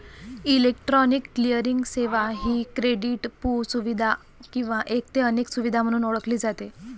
electronic clearing सेवा ही क्रेडिटपू सुविधा किंवा एक ते अनेक सुविधा म्हणून ओळखली जाते